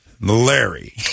Larry